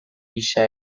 gisa